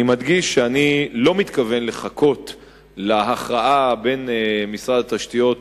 אני מדגיש שאני לא מתכוון לחכות להכרעה בין משרד התשתיות